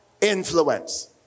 influence